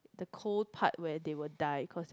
the cold part where they will die cause their